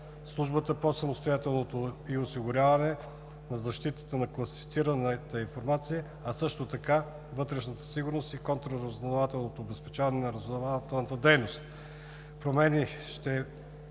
дейността по самостоятелното ѝ осигуряване от Службата на защитата на класифицираната информация, а също така вътрешната сигурност и контраразузнавателното обезпечаване на разузнавателната дейност.